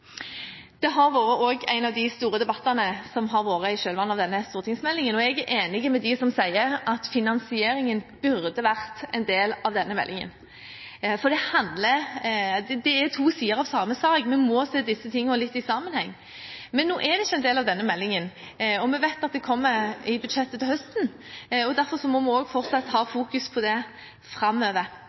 Det har vært en av de store debattene i kjølvannet av denne stortingsmeldingen. Jeg er enig med dem som sier at finansieringen burde vært en del av denne meldingen, for det er to sider av samme sak. Vi må se dette litt i sammenheng. Men det er ikke en del av denne meldingen. Vi vet at det kommer i budsjettet til høsten. Derfor må vi fortsatt fokusere på dette framover. Vi må lage et finansieringssystem som er transparent og gjennomsiktig. Det